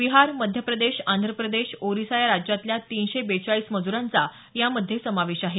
बिहार मध्यप्रदेश आंध्रप्रदेश ओरिसा या राज्यातल्या तीनशे बेचाळीस मज्रांचा यामध्ये समावेश आहे